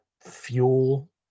fuel